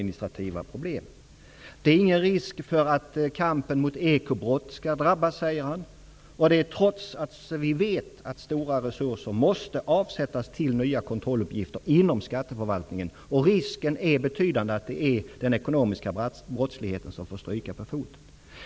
Han säger vidare att det inte är någon risk för att kampen mot ekobrott skall drabbas. Ändå vet vi att stora resurser måste avsättas till nya kontrolluppgifter inom skatteförvaltningen, och risken är betydande att kampen mot den ekonomiska brottsligheten får stryka på foten.